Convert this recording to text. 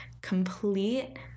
complete